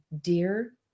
dear